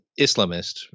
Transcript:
Islamist